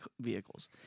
vehicles